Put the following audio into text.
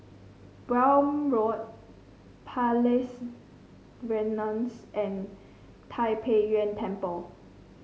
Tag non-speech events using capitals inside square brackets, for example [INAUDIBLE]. Welm Road Palais [UNINTELLIGIBLE] and Tai Pei Yuen Temple